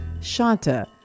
Shanta